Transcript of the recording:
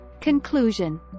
Conclusion